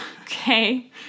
Okay